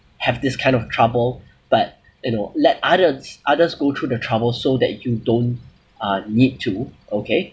have this kind of trouble but you know let others others go through the trouble so that you don't uh need to okay